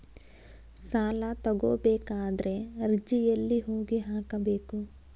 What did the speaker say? ಸಾಲ ತಗೋಬೇಕಾದ್ರೆ ಅರ್ಜಿ ಎಲ್ಲಿ ಹೋಗಿ ಹಾಕಬೇಕು?